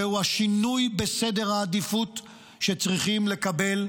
זהו השינוי בסדר העדיפות שצריכים לקבל: